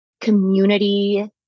community